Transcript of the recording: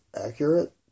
accurate